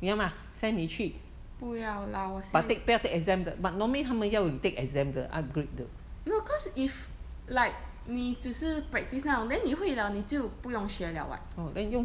不要啦我现在 no cause if like 你只是 practise 那种 then 你会了你就不用学了 [what] !hai!